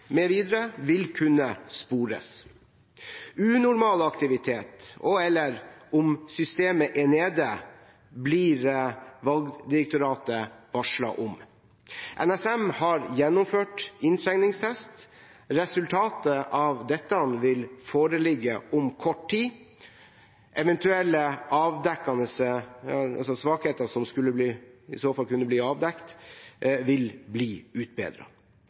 vil kunne spores. Unormal aktivitet og/eller om systemet er nede, blir Valgdirektoratet varslet om. NSM har gjennomført inntrengningstest. Resultatet av dette vil foreligge om kort tid. Eventuelle svakheter som i så fall kunne bli avdekket, vil bli